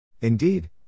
Indeed